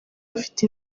bafite